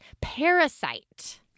parasite